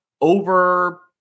Over